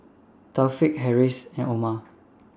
Taufik Harris and Omar